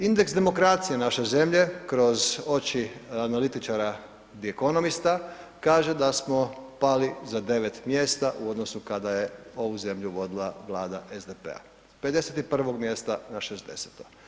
Indeks demokracije naše zemlje kroz oči analitičara The Economista kaže da smo pali za 9 mjesta u odnosu kada je ovu zemlju vodila vlada SDP-a, 51 mjesta na 60.